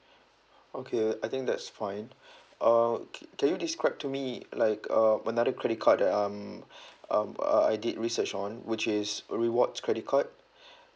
okay I think that's fine uh can can you describe to me like uh another credit card that um um uh I did research on which is rewards credit card